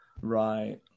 Right